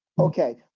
Okay